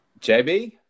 JB